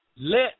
let